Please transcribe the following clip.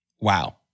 Wow